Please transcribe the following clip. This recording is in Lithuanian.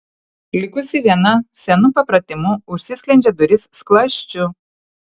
likusi viena senu papratimu užsklendžia duris skląsčiu